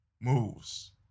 moves